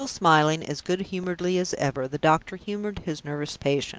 still smiling as good-humoredly as ever, the doctor humored his nervous patient.